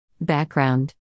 Background